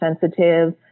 sensitive